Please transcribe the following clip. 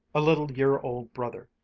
a little year-old brother,